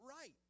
right